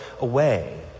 away